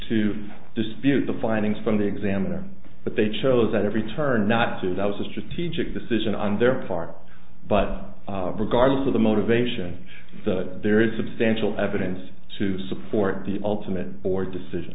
to dispute the findings from the examiner but they chose at every turn not to that was a strategic decision on their part but regardless of the motivation the there is substantial evidence to support the ultimate board's decision